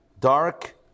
dark